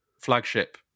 flagship